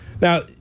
Now